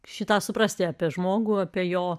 šį tą suprasti apie žmogų apie jo